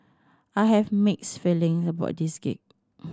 I have mixed feeling about this gig